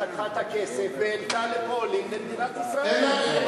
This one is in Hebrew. לקחה את הכסף והעלתה עולים למדינת ישראל.